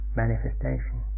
manifestation